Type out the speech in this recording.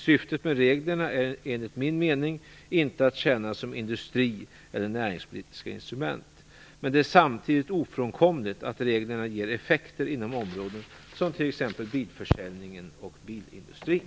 Syftet med reglerna är enligt min mening inte att tjäna som industri eller näringspolitiska instrument. Men det är samtidigt ofrånkomligt att reglerna ger effekter inom områden som t.ex. bilförsäljningen och bilindustrin.